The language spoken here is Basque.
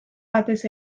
batez